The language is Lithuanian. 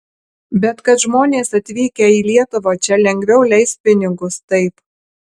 bet kad žmonės atvykę į lietuvą čia lengviau leis pinigus taip